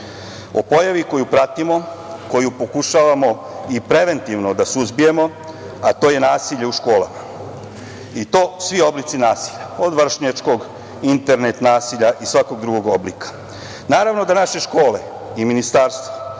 o pojavi koju pratimo, koju pokušavamo i preventivno da suzbijemo, a to je nasilje u školama i to svi oblici nasilja, od vršnjačkog, internet nasilja i svakog drugog oblika. Naravno da naše škole i Ministarstvo